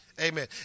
amen